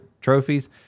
trophies